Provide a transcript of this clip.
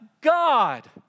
God